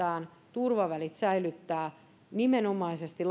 turvavälit säilyttää nimenomaisesti